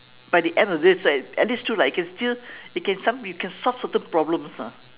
by the end of the day it's like at least true lah you can still you can some you can solve certain problems ah